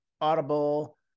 Audible